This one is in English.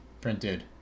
printed